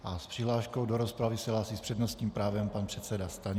S přihláškou do rozpravy se hlásí s přednostním právem pan předseda Stanjura.